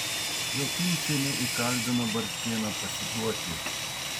jokimčienė įkalbino bartkėną pasiduoti